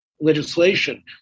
legislation